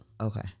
Okay